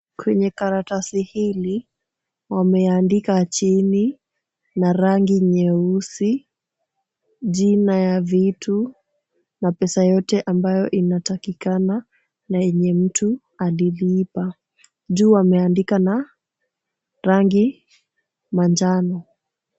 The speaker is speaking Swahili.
Kwenye karatasi hili wameandika chini na rangi nyeusi, jina ya vitu na pesa yote ambayo inatakikana na yenye mtu alilipa. Juu wameandika na rangi manjano.